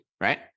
right